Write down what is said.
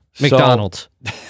McDonald's